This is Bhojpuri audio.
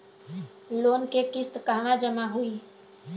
लोन के किस्त कहवा जामा होयी?